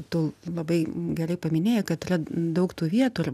tu labai gerai paminėjai kad yra daug tų vietų ir